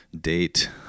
date